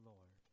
Lord